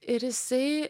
ir jisai